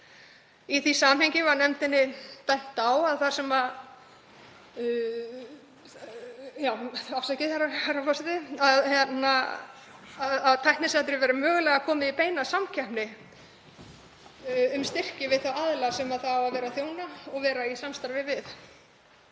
Í því samhengi var nefndinni bent á að þar væri tæknisetrið mögulega komið í beina samkeppni um styrki við þá aðila sem það á að vera að þjóna og vera í samstarfi við.